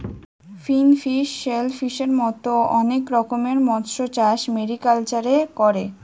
finfish, শেলফিসের মত অনেক রকমের মৎস্যচাষ মেরিকালচারে করে